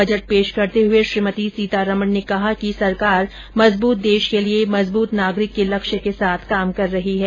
budget पेश करते हुए श्रीमती सीतारमण ने कहा कि सरकार मजबूत देश के लिये मजबूत नागरिक के लक्ष्य के साथ कार्य कर रही है